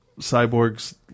Cyborg's